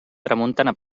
tramuntana